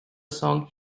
song